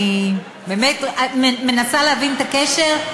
אני באמת מנסה להבין את הקשר,